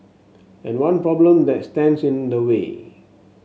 and one problem that stands in the way